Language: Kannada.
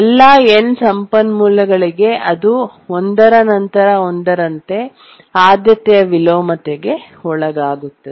ಎಲ್ಲಾ n ಸಂಪನ್ಮೂಲಗಳಿಗೆ ಅದು ಒಂದರ ನಂತರ ಒಂದರಂತೆ ಆದ್ಯತೆಯ ವಿಲೋಮತೆಗೆ ಒಳಗಾಗುತ್ತದೆ